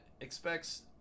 expects